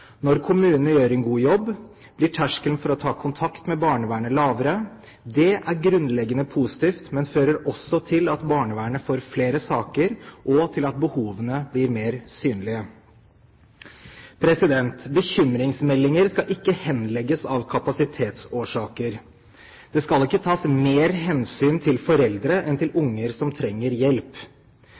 Når kommunene gjør en god jobb, blir terskelen for å ta kontakt med barnevernet lavere. Det er grunnleggende positivt, men fører også til at barnevernet får flere saker, og til at behovene blir mer synlige. Bekymringsmeldinger skal ikke henlegges av kapasitetsårsaker. Det skal ikke tas mer hensyn til foreldre enn til unger som trenger hjelp.